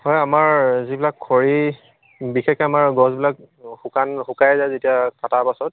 হয় আমাৰ যিবিলাক খৰি বিশেষকৈ আমাৰ গছবিলাক শুকান শুকাই যায় যেতিয়া কটাৰ পাছত